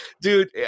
dude